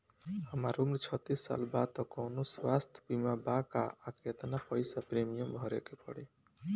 हमार उम्र छत्तिस साल बा त कौनों स्वास्थ्य बीमा बा का आ केतना पईसा प्रीमियम भरे के पड़ी?